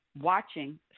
watching